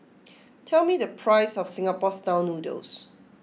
tell me the price of Singapore Style Noodles